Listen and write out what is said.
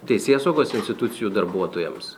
teisėsaugos institucijų darbuotojams